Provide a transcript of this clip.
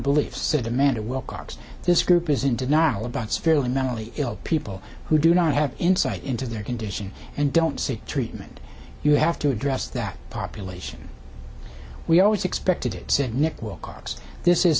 belief said amanda wilcox this group is in denial about severely mentally ill people who do not have insight into their condition and don't seek treatment you have to address that population we always expected it said nick wilcox this is